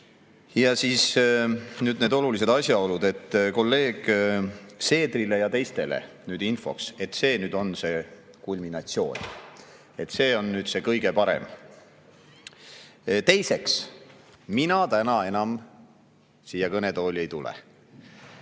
Nüüd need olulised asjaolud. Kolleeg Seedrile ja teistele infoks, et nüüd on see kulminatsioon. See on nüüd see kõige parem. Teiseks, mina täna enam siia kõnetooli ei tule.